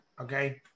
Okay